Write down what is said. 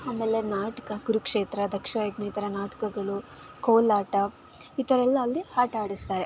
ಆಮೇಲೆ ನಾಟಕ ಕುರುಕ್ಷೇತ್ರ ದಕ್ಷ ಯಜ್ಞ ಈ ಥರ ನಾಟಕಗಳು ಕೋಲಾಟ ಈ ಥರ ಎಲ್ಲ ಅಲ್ಲಿ ಆಟ ಆಡಿಸ್ತಾರೆ